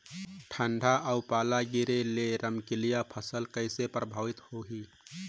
ठंडा अउ पाला गिरे ले रमकलिया फसल कइसे प्रभावित होही?